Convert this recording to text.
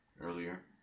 earlier